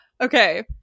Okay